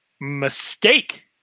mistake